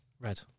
Red